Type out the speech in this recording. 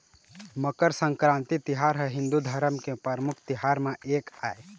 मकर संकरांति तिहार ह हिंदू धरम के परमुख तिहार म एक आय